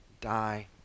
die